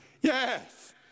yes